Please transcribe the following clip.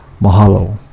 Mahalo